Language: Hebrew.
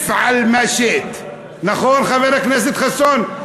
אפעל מא שִאת"; נכון, חבר הכנסת חסון?